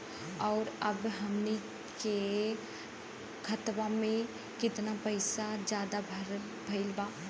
और अब हमनी के खतावा में कितना पैसा ज्यादा भईल बा?